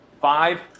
Five